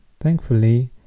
Thankfully